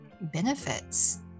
benefits